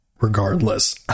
regardless